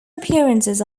appearances